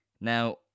Now